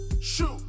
shoot